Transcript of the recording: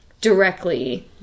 directly